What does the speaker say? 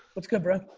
what's good bro?